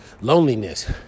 loneliness